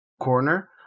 corner